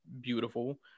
beautiful